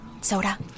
Soda